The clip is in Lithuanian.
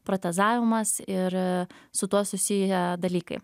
protezavimas ir su tuo susiję dalykai